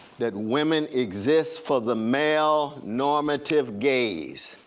that women exist for the male normative gaze.